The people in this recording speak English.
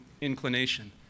inclination